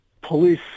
police